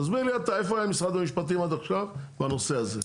תסביר לי אתה איפה היה משרד המשפטים עד עכשיו בנושא הזה?